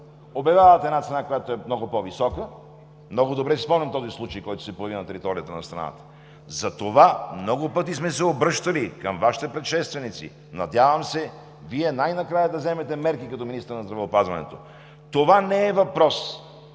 обявяват една цена, която е много по-висока – много добре си спомням този случай, който се появи на територията на страната, затова много пъти сме се обръщали към Вашите предшественици. Надявам се Вие най-накрая да вземете мерки като министър на здравеопазването. Това не е въпрос,